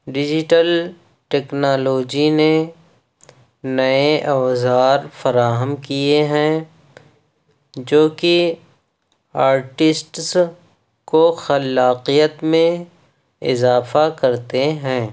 digital technology نے نئے اوزار فراہم کیے ہیں جو كہ آرٹسٹس كو خلّاقیت میں اضافہ كرتے ہیں